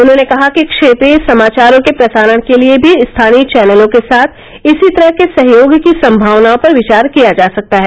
उन्होंने कहा कि क्षेत्रीय समाचारों के प्रसारण के लिए भी स्थानीय चैनलों के साथ इसी तरह के सहयोग की संभावनाओं पर विचार किया जा सकता है